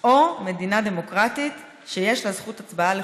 או מדינה דמוקרטית שיש בה זכות הצבעה לכולם,